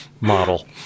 model